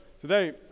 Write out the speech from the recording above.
today